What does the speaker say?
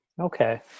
Okay